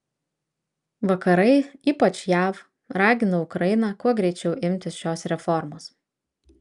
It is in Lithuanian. vakarai ypač jav ragino ukrainą kuo greičiau imtis šios reformos